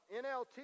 NLT